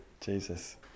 Jesus